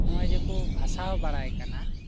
ᱱᱚᱜᱼᱚᱭ ᱡᱮᱠᱚ ᱵᱷᱟᱥᱟᱣ ᱵᱟᱲᱟᱭ ᱠᱟᱱᱟ